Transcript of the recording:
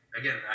again